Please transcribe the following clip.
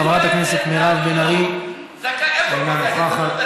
חברת הכנסת מירב בן-ארי, אינה נוכחת.